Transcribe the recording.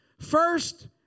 First